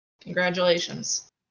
Congratulations